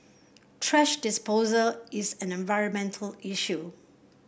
thrash disposal is an environmental issue